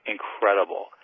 Incredible